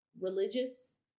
religious